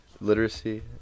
literacy